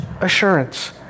assurance